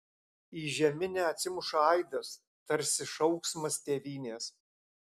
į žeminę atsimuša aidas tarsi šauksmas tėvynės